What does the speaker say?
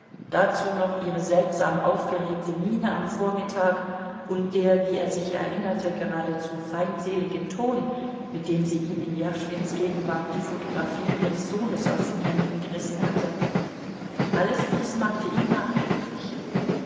dazu noch ihre seltsam aufgeregte miene am vormittag und der wie er sich erinnerte geradezu feindselige ton mit dem sie ihm in jaschwins gegenwart die photographien ihres sohnes aus den händen gerissen hatte alles dies machte ihn nachdenklich